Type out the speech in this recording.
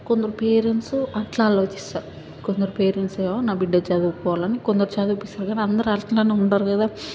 కొందరు పేరెంట్స్ అట్లా ఆలోచిస్తారు కొందరు పేరెంట్స్ ఏమో నా బిడ్డ చదువుకోవాలని కొందరు చదివిపిస్తారు కానీ అందరూ అట్లానే ఉండరు కదా